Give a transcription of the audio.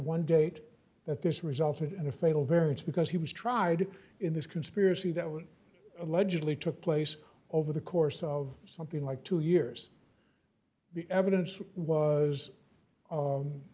one date that this resulted in a fatal variance because he was tried in this conspiracy that would allegedly took place over the course of something like two years the evidence was